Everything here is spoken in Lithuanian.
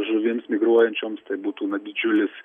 žuvims migruojančioms tai būtų na didžiulis